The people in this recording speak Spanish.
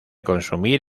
consumir